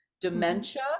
dementia